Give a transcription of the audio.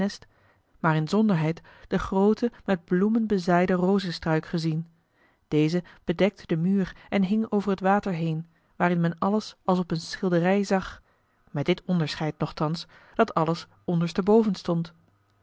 maar inzonderheid den grooten met bloemen bezaaiden rozestruik gezien deze bedekte den muur en hing over het water heen waarin men alles als op een schilderij zag met dit onderscheid nochtans dat alles ondersteboven stond